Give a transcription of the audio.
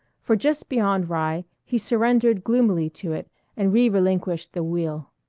for just beyond rye he surrendered gloomily to it and re-relinquished the wheel.